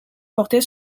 portait